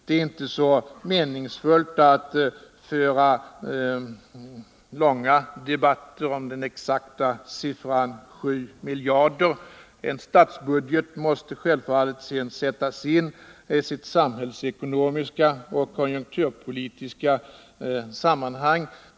Det är inte meningsfullt att föra långa debatter om den exakta siffran. En statsbudget måste självfallet sättas in i sitt samhällsekonomiska och konjunkturpolitiska sammanhang.